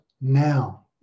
Now